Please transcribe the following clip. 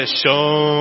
show